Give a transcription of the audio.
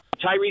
Tyrese